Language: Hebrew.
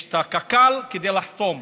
יש את קק"ל כדי לחסום.